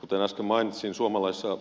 kuten äsken mainitsin